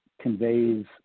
conveys